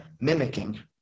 mimicking